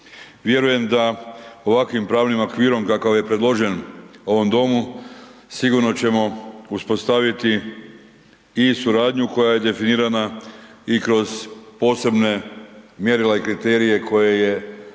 Vjerujem da ovakvim pravnim okvirom kakav je predložen ovom domu sigurno ćemo uspostaviti i suradnju koja definirana i kroz posebne mjerila i kriterije koje je Vlada